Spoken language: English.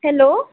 hello